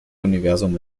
universum